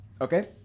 Okay